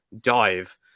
dive